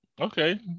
Okay